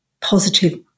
positive